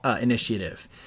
initiative